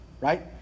right